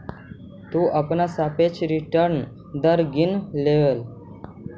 तु अपना सापेक्ष रिटर्न दर गिन लेलह